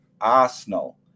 Arsenal